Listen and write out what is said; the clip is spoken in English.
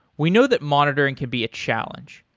we know that monitoring can be a challenge.